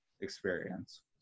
experience